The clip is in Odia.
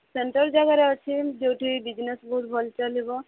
ସେଣ୍ଟର୍ ଜାଗାରେ ଅଛି ଯେଉଁଠି ବିଜନେସ୍ ବହୁତ ଭଲ ଚାଲିବ